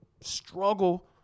struggle